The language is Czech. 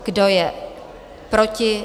Kdo je proti?